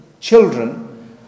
children